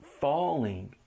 falling